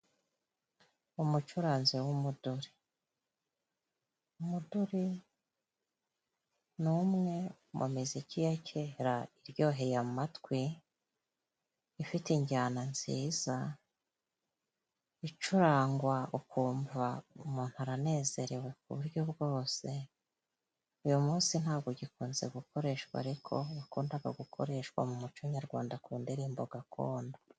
Umucuranzi w'umuduri, umuduri ni umwe mu miziki ya kera, iryoheye amatwi, ifite injyana nziza, icurangwa ukumva umuntu aranezerewe ku buryo bwose. Uyu munsi ntabwo ugikunze gukoreshwa, ariko wakundaga gukoreshwa mu muco nyarwanda, ku ndirimbo gakondo.